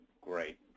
Great